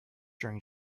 during